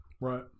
right